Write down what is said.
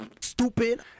Stupid